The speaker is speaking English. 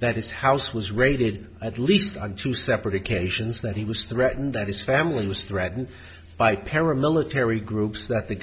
that his house was raided at least on two separate occasions that he was threatened that his family was threatened by paramilitary groups that the